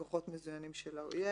והוא שירת בכוחות המזוינים של האויב".